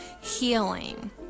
healing